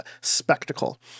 spectacle